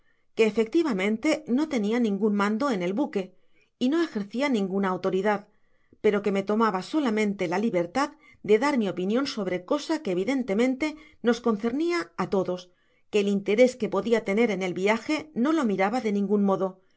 que efectivamente no tenia ningun mando en el buque y no ejercia ninguna autoridad pero que me tomaba solamente la libertad de dar mi opinion sobre cosa que evidentemente nos concernia a todos que el interes que podia tener en el viaje no lo miraba de ningun modo